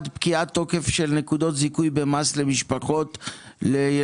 נושא אחד הוא פקיעת תוקף של נקודות זיכוי במס למשפחות לילדים.